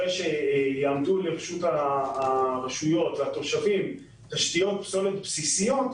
אחרי שיעמדו לרשות הרשויות והתושבים תשתיות פסולת בסיסיות,